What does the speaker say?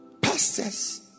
Pastors